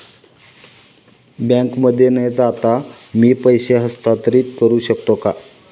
बँकेमध्ये न जाता मी पैसे हस्तांतरित करू शकतो का?